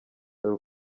dore